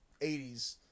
80s